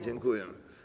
Dziękuję.